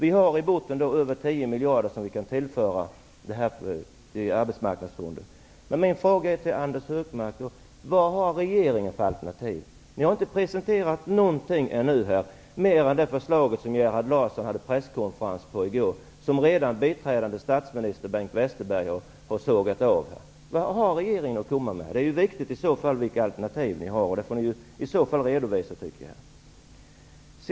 I botten finns mer än 10 miljarder som kan tillföras arbetsmarknadsfonden. Men vad har regeringen för alternativ, Anders G Högmark? Ni har ju ännu inte presenterat någonting här utöver det förslag som Gerhard Larsson hade presskonferens om i går och som biträdande statsministern Bengt Westerberg redan har sågat av. Vad har alltså regeringen att komma med här? Det är viktigt att veta vilka era alternativ är. Om ni har sådana, tycker jag att ni skall redovisa dem.